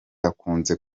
akunze